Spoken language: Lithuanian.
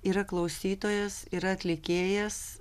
yra klausytojas yra atlikėjas